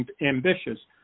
ambitious